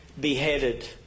beheaded